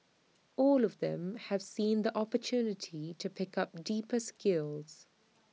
all of them have seen the opportunity to pick up deeper skills